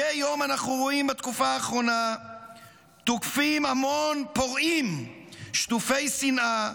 מדי יום אנחנו רואים בתקופה האחרונה המון פורעים שטופי שנאה